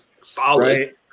solid